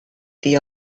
the